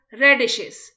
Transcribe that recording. radishes